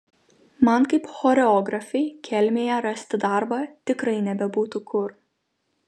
man kaip choreografei kelmėje rasti darbą tikrai nebebūtų kur